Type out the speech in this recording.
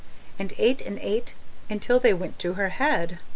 and ate and ate until they went to her head.